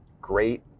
great